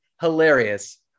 hilarious